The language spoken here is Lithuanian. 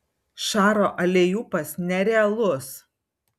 šaro aleiupas nerealus